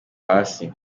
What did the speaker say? hasi